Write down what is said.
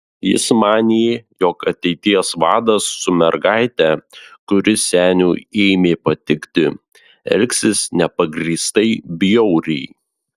jis manė jog ateities vadas su mergaite kuri seniui ėmė patikti elgsis nepagrįstai bjauriai